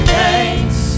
thanks